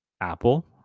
Apple